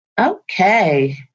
Okay